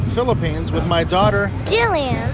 philippines, with my daughter. jillian.